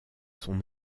son